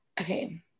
okay